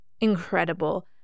incredible